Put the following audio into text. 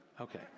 Okay